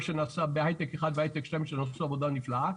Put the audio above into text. שנעשה בהיי-טק1 והיי-טק2 שעושות עבודה נפלאה.